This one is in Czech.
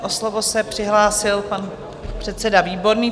O slovo se přihlásil pan předseda Výborný.